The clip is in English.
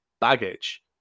baggage